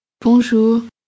Bonjour